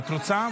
את רוצה?